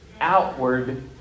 outward